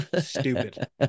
Stupid